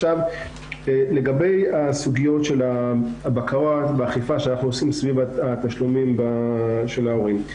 לגבי הסוגיות של הבקרה והאכיפה שאנחנו עושים סביב התשלומים של ההורים.